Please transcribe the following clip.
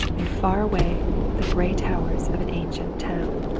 and far, away the grey towers of an ancient town.